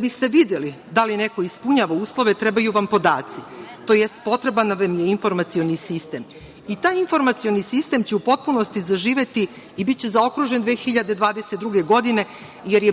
biste vi videli da li neko ispunjava uslove trebaju vam podaci, tj. potreban vam je informacioni sistem. Taj informacioni sistem će u potpunosti zaživeti i biće zaokružen 2022. godine, jer je